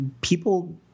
people